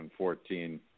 2014